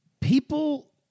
People